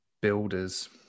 Builders